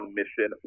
mission